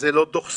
זה לא דוח סופי,